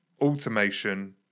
automation